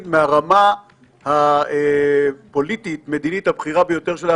מהרמה הפוליטית-מדינית הבכירה ביותר שלה,